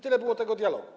Tyle było tego dialogu.